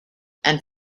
and